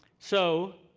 so,